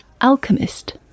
alchemist